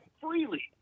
freely